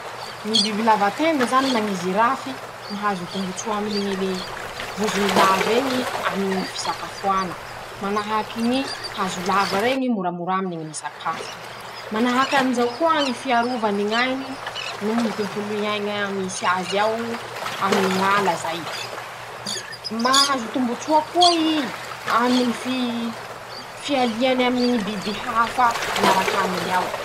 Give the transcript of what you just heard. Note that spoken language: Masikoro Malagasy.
Ñy biby lava tenda zany na ñy zirafy: -Mahazo tombotsoa aminy ñy vozony laveñy i aminy ñy fisakafoana ;manahaky ñy hazo lava reñy. moramora aminy ñy misakafo; manahaky anizao koa ñy fiarovany ñ'ainy noho ñy tontolo iaiña misy azy ao aminy ñ'ala zay. mahazo tombotsoa koa i. aminy ñy fi fialiany aminy ñy biby hafa miarak'aminy ao.